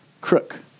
crook